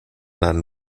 dann